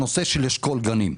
הנושא של אשכול גנים.